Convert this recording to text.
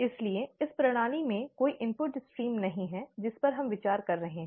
इसलिए इस प्रणाली में कोई इनपुट स्ट्रीम नहीं है जिस पर हम विचार कर रहे हैं